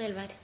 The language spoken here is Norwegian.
Noreg